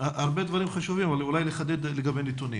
הרבה דברים חשובים, אבל אולי לחדד לגבי הנתונים.